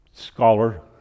scholar